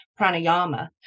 pranayama